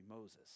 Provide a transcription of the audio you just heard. Moses